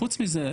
חוץ מזה,